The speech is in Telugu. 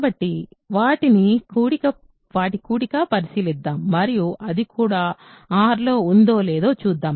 కాబట్టి వాటి కూడికని పరిశీలిద్దాం మరియు అది కూడా R లో ఉందో లేదో చూద్దాం